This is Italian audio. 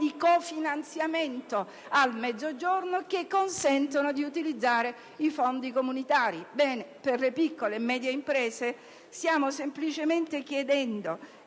di confinanziamento al Mezzogiorno - che consentono di utilizzare i fondi comunitari. Ebbene, per le piccole e medie imprese stiamo semplicemente chiedendo